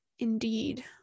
Indeed